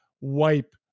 wipe